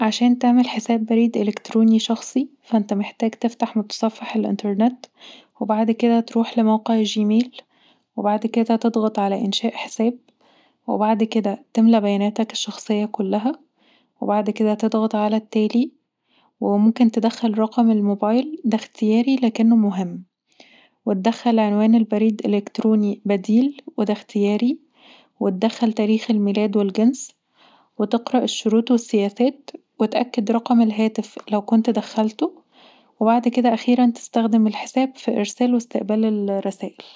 عشان تعمل حساب بريد إلكتروني شخصي فأنت محتاج تفتح متصفح الانترنت وبعد كده تروح لموقع Gmail وبعد كده تضغط علي إنشاء حساب وبعد كده تملا بياناتك الشخصية كلها وبعد كدا تضغط علي التالي وممكن تدخل رقم الموبايل ده اختياري لكنه مهم وتدخل عنوان بريد إلكتروني بديل وده اختياري وتدخل تاريخ الميلاد والجنس وتقرأ الشروط والسياسات وتأكد رقم الهاتف لو كنت دخلته وبعد كدا اخيرا تستخدم الحساب في ارسال واستقبال الرسائل